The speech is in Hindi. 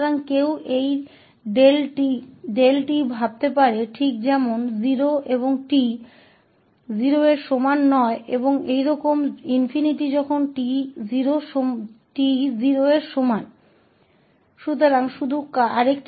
तो कोई इस 𝛿𝑡 को 0 के रूप में सोच सकता है और t 0 के बराबर नहीं है और किसी तरह ∞ जब t 0 के बराबर है